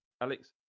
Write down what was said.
alex